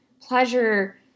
pleasure